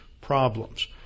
problems